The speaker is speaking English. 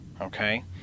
okay